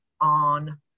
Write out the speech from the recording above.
on